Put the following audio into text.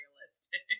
realistic